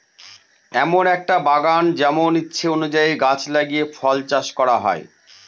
এমন একটা বাগান যেমন ইচ্ছে অনুযায়ী গাছ লাগিয়ে ফল চাষ করা হয়